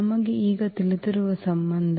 ನಮಗೆ ಈ ತಿಳಿದಿರುವ ಸಂಬಂಧ